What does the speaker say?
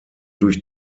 durch